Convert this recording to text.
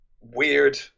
Weird